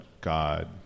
God